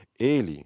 ele